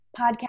podcast